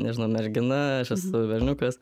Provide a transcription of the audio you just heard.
nežinau mergina aš esu berniukas